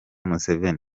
museveni